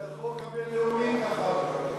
זה החוק הבין-לאומי ככה מבקש.